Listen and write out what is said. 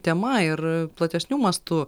tema ir platesniu mastu